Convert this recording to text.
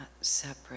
separate